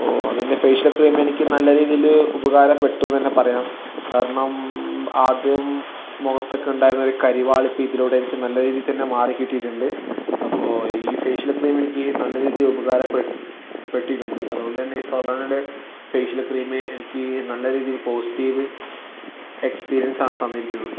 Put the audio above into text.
അപ്പോൾ അതിൻ്റെ facial cream എനിക്ക് നല്ല രീതിയിൽ ഉപകാരപ്പെട്ടു എന്ന് തന്നെ പറയാം കാരണം ആദ്യം മുഖത്തൊക്കെ ഉണ്ടായിരുന്നൊരു കരുവാളിപ്പ് ഇതിനോടകം എനിക്ക് നല്ല രീതിയിൽ തന്നെ മാറിക്കിട്ടീട്ടുണ്ട് അപ്പോൾ ഈ ഫേഷ്യൽ ക്രീം എനിക്ക് നല്ല രീതിയിൽ ഉപകാരപ്പെട്ടിട്ടുണ്ട് അതുകൊണ്ട് തന്നെ ഈ സൊലാനോടെ ഫേഷ്യൽ ക്രീം എനിക്ക് നല്ല രീതിയിൽ പോസിറ്റീവ് എക്സ്പീരിയൻസ് ആണ് തന്നിരിക്കുന്നത്